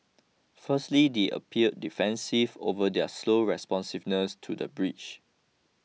firstly they appeared defensive over their slow responsiveness to the breach